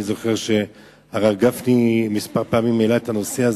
אני זוכר שהרב גפני כמה פעמים העלה את הנושא הזה,